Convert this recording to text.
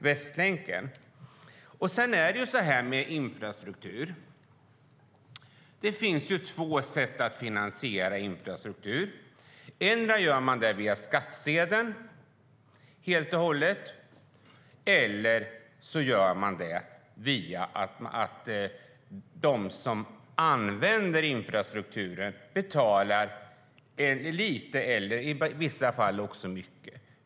Det finns två sätt att finansiera infrastruktur. Antingen finansierar man den via skattsedeln helt och hållet, eller också får de som använder infrastrukturen betala lite eller i vissa fall mycket.